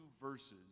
verses